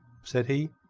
said he.